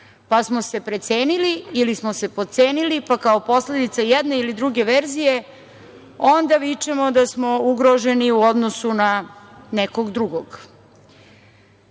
pa smo se precenili ili smo se potcenili, pa kao posledica jedne ili druge verzije onda vičemo da smo ugroženi u odnosu na nekog drugog.I